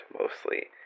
mostly